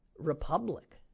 republic